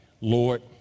Lord